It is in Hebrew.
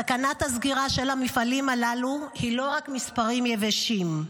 סכנת הסגירה של המפעלים הללו היא לא רק מספרים יבשים,